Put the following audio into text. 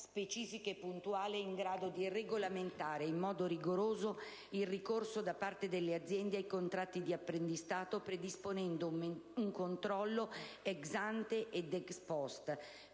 specifica e puntuale in grado di regolamentare in modo rigoroso il ricorso da parte delle aziende ai contratti di apprendistato, predisponendo un meccanismo di controllo *ex ante* ed *ex post*